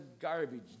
garbage